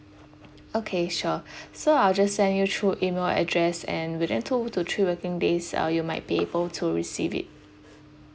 okay sure so I'll just send you through email address and within two to three working days uh you might be able to receive it